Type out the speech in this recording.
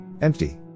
empty